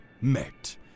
met